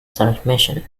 transmission